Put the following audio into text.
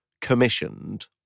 commissioned